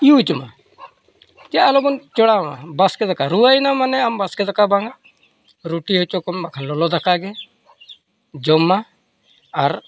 ᱧᱩ ᱡᱚᱢᱟ ᱡᱮ ᱟᱞᱚᱵᱚᱱ ᱡᱚᱲᱟᱣ ᱢᱟ ᱵᱟᱥᱠᱮ ᱫᱟᱠᱟ ᱨᱩᱣᱟᱹᱭᱮᱱᱟᱢ ᱢᱟᱱᱮ ᱟᱢ ᱵᱟᱥᱠᱮ ᱫᱟᱠᱟ ᱵᱟᱝᱟ ᱨᱩᱴᱤ ᱦᱚᱪᱚ ᱠᱚᱢ ᱵᱟᱠᱷᱟᱱ ᱞᱚᱞᱚ ᱫᱟᱠᱟ ᱜᱮ ᱡᱚᱢ ᱢᱟ ᱟᱨ